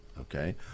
Okay